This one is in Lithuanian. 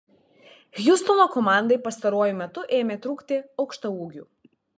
hjustono komandai pastaruoju metu ėmė trūkti aukštaūgių